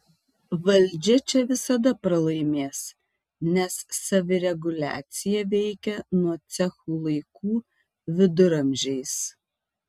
valdžia čia visada pralaimės nes savireguliacija veikia nuo cechų laikų viduramžiais